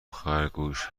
خرگوش